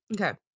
Okay